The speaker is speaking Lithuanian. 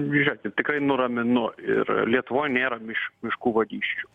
žiūrėkit tikrai nuraminu ir lietuvoj nėra miš miškų vagysčių